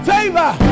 Favor